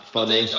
Funny